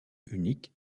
uniques